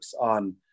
on